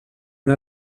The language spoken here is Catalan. una